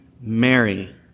Mary